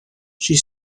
she